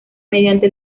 mediante